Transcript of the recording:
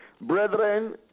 Brethren